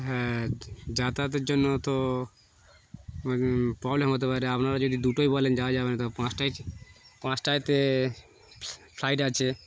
হ্যাঁ যাতায়াতের জন্য তো প্রবলেম হতে পারে আপনারা যদি দুটোই বলেন যা যাবে না তো পাঁচটায় পাঁচটাতে ফ্লাইট আছে